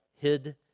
hid